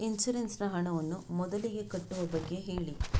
insurance ನ ಹಣವನ್ನು ಮೊದಲಿಗೆ ಕಟ್ಟುವ ಬಗ್ಗೆ ಹೇಳಿ